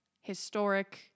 historic